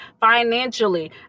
financially